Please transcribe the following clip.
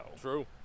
True